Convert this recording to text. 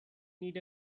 need